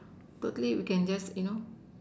totally we can just you know